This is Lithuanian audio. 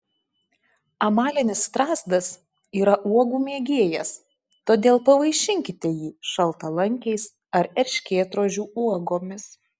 amalinis strazdas yra uogų mėgėjas todėl pavaišinkite jį šaltalankiais ar erškėtrožių uogomis